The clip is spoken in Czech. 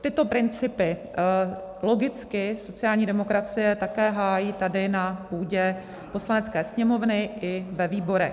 Tyto principy logicky sociální demokracie také hájí tady na půdě Poslanecké sněmovny i ve výborech.